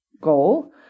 goal